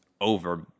over